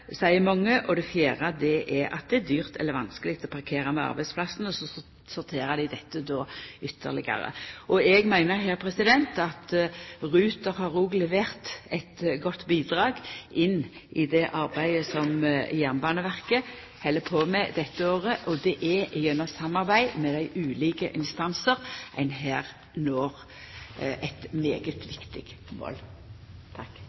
seier mange, og det fjerde er at det er dyrt eller vanskeleg å parkera ved arbeidsplassen, og så sorterer dei dette ytterlegare. Eg meiner at Ruter har levert eit godt bidrag inn i det arbeidet som Jernbaneverket held på med dette året, og det er gjennom samarbeid med dei ulike instansane at ein når eit